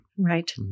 Right